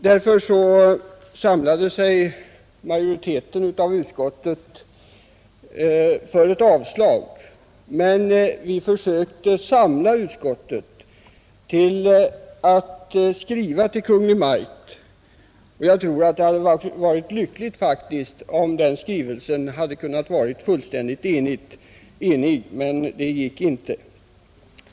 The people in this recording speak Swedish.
Därför enade sig majoriteten i utskottet om ett avstyrkande, men vi försökte samla utskottet kring förslaget att skriva till Kungl. Maj:t. Jag tror att det hade varit lyckligt om vi hade kunnat vara fullständigt eniga om den skrivningen, men det gick inte.